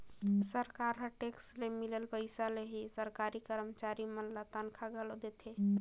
सरकार ह टेक्स ले मिलल पइसा ले ही सरकारी करमचारी मन ल तनखा घलो देथे